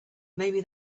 maybe